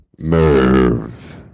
Merv